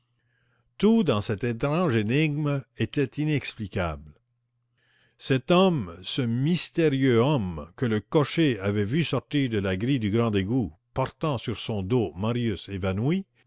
tout dans cette étrange énigme était inexplicable cet homme ce mystérieux homme que le cocher avait vu sortir de la grille du grand égout portant sur son dos marius évanoui